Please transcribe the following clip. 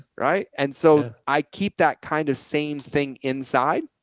right. and so i keep that kind of same thing inside.